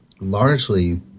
largely